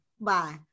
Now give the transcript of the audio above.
bye